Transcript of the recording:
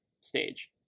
Stage